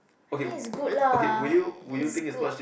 I think is good lah it's good